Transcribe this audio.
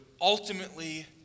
ultimately